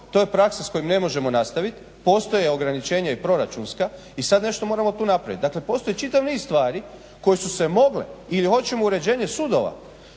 To je praksa s kojom ne možemo nastavit. Postoje ograničenja i proračunska i sad nešto moramo tu napravit. Dakle, postoji čitav niz stvari koje su se mogle ili hoćemo uređenje sudova.